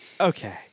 okay